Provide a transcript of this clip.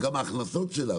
וגם ההכנסות שלה,